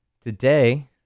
Today